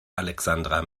alexandra